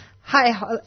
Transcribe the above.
Hi